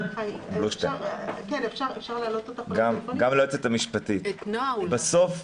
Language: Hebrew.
שרשאים לגשת למבחן התמיכה וכך מבחן התמיכה הוא שוויוני,